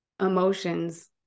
emotions